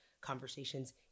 conversations